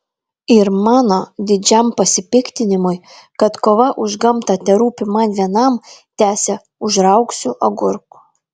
ir mano didžiam pasipiktinimui kad kova už gamtą terūpi man vienam tęsė užraugsiu agurkų